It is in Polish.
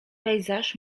pejzaż